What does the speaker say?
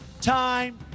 time